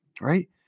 right